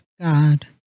God